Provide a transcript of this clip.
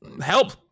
Help